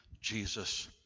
Jesus